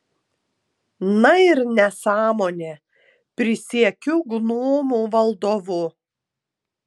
na ir nesąmonė prisiekiu gnomų valdovu